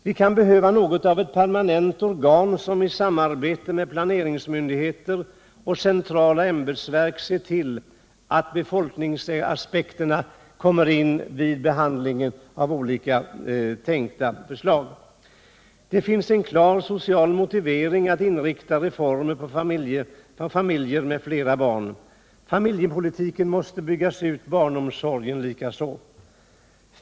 Vi kan behöva något av ett permanent organ som i samarbete med planeringsmyndigheter och centrala ämbetsverk ser till att befolkningsaspekterna kommer in vid behandlingen av olika tänkta förslag. Det finns en klar social motivering att inrikta reformer på familjer med flera barn. Familjepolitiken måste byggas ut. Barnomsorgen likaså.